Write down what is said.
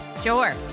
Sure